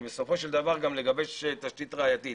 ובסופו של דבר גם לגבש תשתית ראייתית.